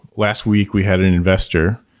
last week we had an investor.